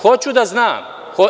Hoću da znam.